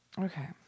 Okay